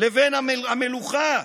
לבין המלוכה,